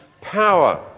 power